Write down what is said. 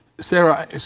Sarah